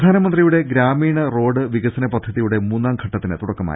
പ്രധാനമന്ത്രിയുടെ ഗ്രാമീണറോഡ് വികസന പദ്ധതിയുടെ മൂന്നാംഘട്ടത്തിന് തുടക്കമായി